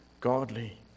godly